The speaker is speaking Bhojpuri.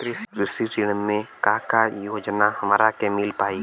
कृषि ऋण मे का का योजना हमरा के मिल पाई?